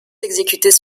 exécutés